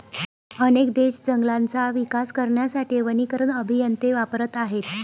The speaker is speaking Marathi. अनेक देश जंगलांचा विकास करण्यासाठी वनीकरण अभियंते वापरत आहेत